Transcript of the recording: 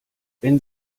wenn